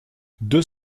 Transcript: deux